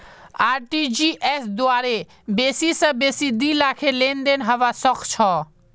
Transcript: RTGS द्वारे बेसी स बेसी दी लाखेर लेनदेन हबा सख छ